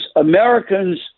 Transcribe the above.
Americans